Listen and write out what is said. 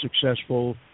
successful